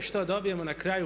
A što dobijemo na kraju?